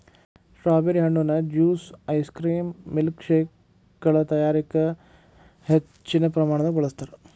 strawberry ಹಣ್ಣುನ juice ice cream ಮಿಲ್ಕ್ಶೇಕಗಳ ತಯಾರಿಕ ಹೆಚ್ಚಿನ ಪ್ರಮಾಣದಾಗ ಬಳಸ್ತಾರ್